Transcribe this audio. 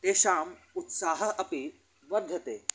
तेषाम् उत्साहः अपि वर्धते